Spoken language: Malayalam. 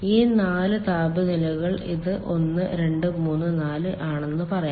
ഈ 4 താപനിലകൾ ഇത് 1 2 3 4 ആണെന്ന് പറയാം